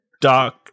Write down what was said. dark